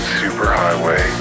superhighway